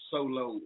Solo